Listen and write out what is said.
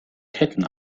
ketten